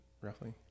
roughly